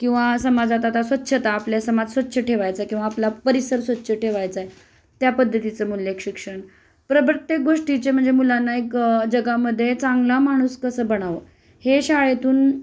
किंवा समाजात आता स्वच्छता आपल्या समाज स्वच्छ ठेवायचाय किंवा आपला परिसर स्वच्छ ठेवायचय त्या पद्धतीचं मूल्यक शिक्षण प्र प्रत्येक गोष्टीचे म्हणजे मुलांना एक जगामध्येे चांगला माणूस कसं बनावं हे शाळेतून